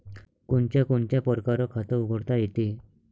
कोनच्या कोनच्या परकारं खात उघडता येते?